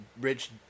rich